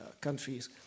countries